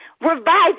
revive